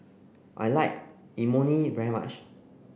I like Imoni very much